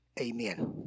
amen